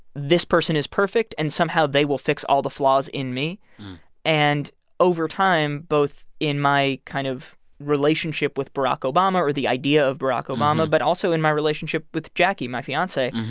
this person is perfect, and somehow they will fix all the flaws in me and over time, both in my kind of relationship with barack obama or the idea of barack obama, but also in my relationship with jacqui, my fiance,